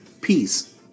peace